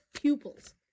pupils